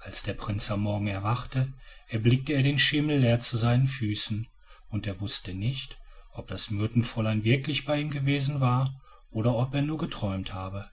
als der prinz am morgen erwachte erblickte er den schemel leer zu seinen füßen und er wußte nicht ob das myrtenfräulein wirklich bei ihm gewesen war oder ob er nur geträumt habe